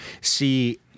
See